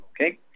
Okay